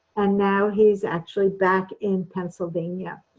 and now he's actually back in pennsylvania.